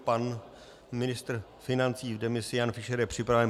Pan ministr financí v demisi Jan Fischer je připraven.